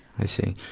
i see.